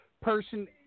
person